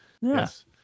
Yes